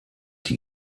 die